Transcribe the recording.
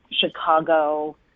Chicago